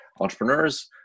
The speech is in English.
entrepreneurs